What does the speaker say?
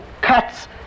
cuts